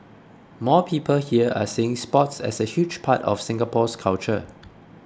more people here are seeing sports as a huge part of Singapore's culture